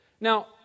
Now